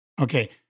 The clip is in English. Okay